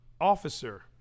officer